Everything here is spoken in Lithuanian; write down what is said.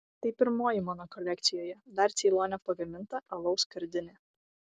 tai pirmoji mano kolekcijoje dar ceilone pagaminta alaus skardinė